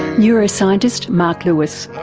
neuroscientist marc lewis.